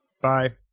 Bye